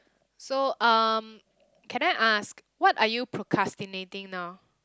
so um can I ask what are you procrastinating now